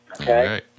Okay